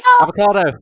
Avocado